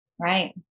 right